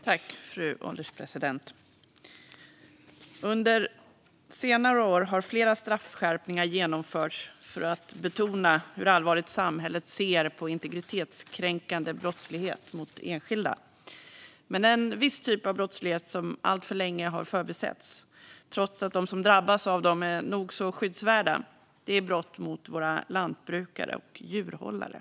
Fru ålderspresident! Under senare år har flera straffskärpningar genomförts för att betona hur allvarligt samhället ser på integritetskränkande brottslighet mot enskilda. Men en viss typ av brottslighet som alltför länge har förbisetts, trots att de som drabbas av den är nog så skyddsvärda, är brott mot våra lantbrukare och djurhållare.